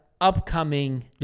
upcoming